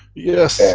yes, yeah